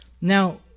Now